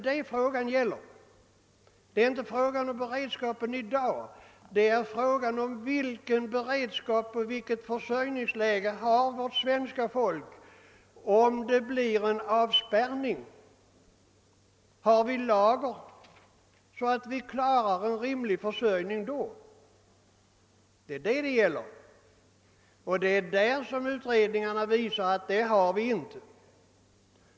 Det är emellertid inte frågan om beredskapen i dag utan om vilken beredskap och vilket försörjningsläge vårt svenska folk har om det blir en avspärrning. Har vi lager, så att vi kan klara en rimlig försörjning i ett sådant läge? Detta är frågan, och utredningarna visar att vi inte har sådan beredskap.